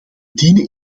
dienen